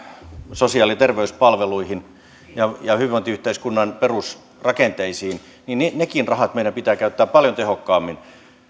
sosiaali ja terveyspalveluihin ja ja hyvinvointiyhteiskunnan perusrakenteisiin meidän pitää käyttää paljon tehokkaammin